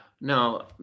no